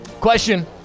Question